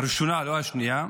הראשונה, לא השנייה,